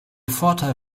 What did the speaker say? vorteil